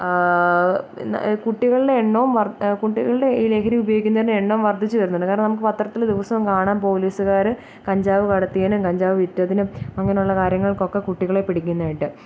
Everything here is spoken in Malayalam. പിന്നെ കുട്ടികളുടെ എണ്ണും വർ കുട്ടികളുടെ ഈ ലഹരി ഉപയോഗിക്കുന്നവരുടെ എണ്ണം വർദ്ധിച്ചുവരുന്നുണ്ട് കാരണം നമുക്ക് പത്രത്തിൽ ദിവസവും കാണാം പോലീസുകാർ കഞ്ചാവ് കടത്തിയതിനും കഞ്ചാവു വിറ്റതിനും അങ്ങനെയുള്ള കാര്യങ്ങൾക്കൊക്കെ കുട്ടികളെ പിടിക്കുന്നതായിട്ട്